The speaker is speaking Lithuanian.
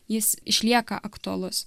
jis išlieka aktualus